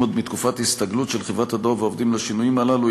מתקופת הסתגלות של חברת הדואר והעובדים לשינויים הללו.